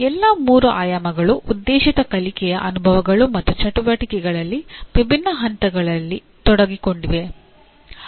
ಎಲ್ಲಾ ಮೂರು ಆಯಾಮಗಳು ಉದ್ದೇಶಿತ ಕಲಿಕೆಯ ಅನುಭವಗಳು ಮತ್ತು ಚಟುವಟಿಕೆಗಳಲ್ಲಿ ವಿಭಿನ್ನ ಹಂತಗಳಲ್ಲಿ ತೊಡಗಿಕೊಂಡಿವೆ